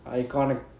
iconic